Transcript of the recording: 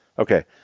Okay